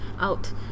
out